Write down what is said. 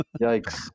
Yikes